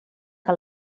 que